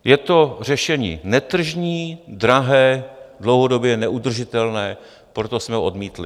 Je to řešení netržní, drahé, dlouhodobě neudržitelné, proto jsme ho odmítli.